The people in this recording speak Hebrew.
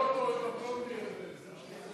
כהצעת הוועדה, נתקבלו.